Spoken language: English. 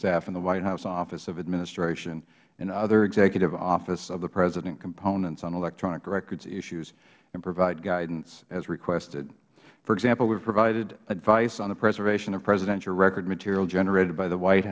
staff in the white house office of administration and other executive office of the president components on electronic records issues and provide guidance as requested for example we have provided advice the preservation of presidential record material generated by the white